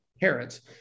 parents